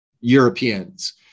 Europeans